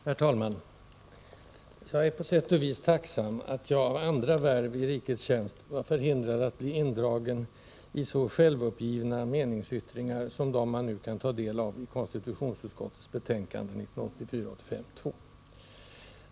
Herr talman! Jag är på sätt och vis tacksam att jag genom andra värvi rikets tjänst var förhindrad att bli indragen i så självuppgivna meningsyttringar som dem man nu kan ta del av i konstitutionsutskottets betänkande 1984/85:2.